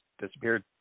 disappeared